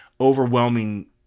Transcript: overwhelming